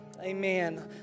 Amen